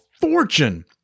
fortune